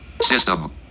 System